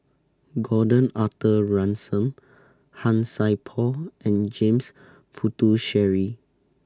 Gordon Arthur Ransome Han Sai Por and James Puthucheary